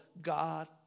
God